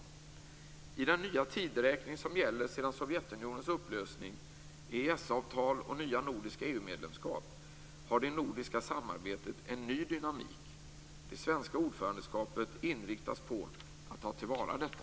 I den nya tideräkning som gäller sedan Sovjetunionens upplösning, EES-avtal och nya nordiska EU-medlemskap har det nordiska samarbetet en ny dynamik. Det svenska ordförandeskapet inriktas på att ta tillvara detta.